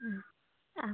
ആ ആ